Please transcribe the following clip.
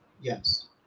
Yes